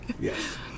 Yes